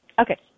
Okay